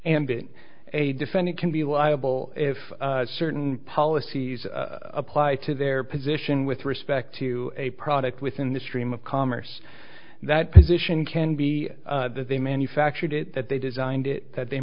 and being a defendant can be liable if certain policies apply to their position with respect to a product within the stream of commerce that position can be that they manufactured it that they designed it that they